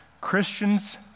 Christians